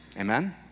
Amen